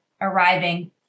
arriving